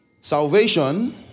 Salvation